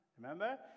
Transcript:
remember